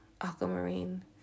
aquamarine